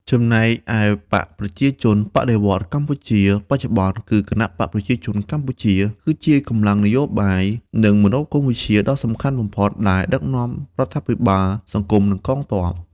ចំណែកឯបក្សប្រជាជនបដិវត្តន៍កម្ពុជាបច្ចុប្បន្នគឺគណបក្សប្រជាជនកម្ពុជាគឺជាកម្លាំងនយោបាយ និងមនោគមវិជ្ជាដ៏សំខាន់បំផុតដែលដឹកនាំរដ្ឋាភិបាល សង្គម និងកងទ័ព ។